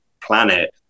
planet